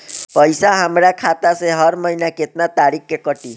पैसा हमरा खाता से हर महीना केतना तारीक के कटी?